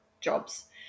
jobs